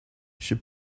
she